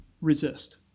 resist